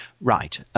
Right